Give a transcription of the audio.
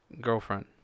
girlfriend